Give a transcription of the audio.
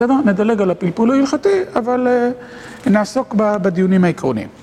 נדלג על הפלפול ההלכתי, אבל נעסוק בדיונים העקרוניים